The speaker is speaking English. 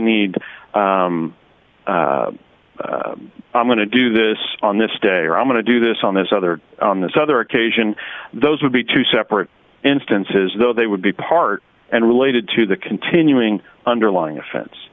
need i'm going to do this on this day or i'm going to do this on this other on this other occasion those would be two separate instances though they would be part and related to the continuing underlying offense